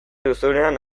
duzunean